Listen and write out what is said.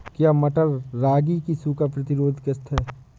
क्या मटर रागी की सूखा प्रतिरोध किश्त है?